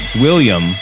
William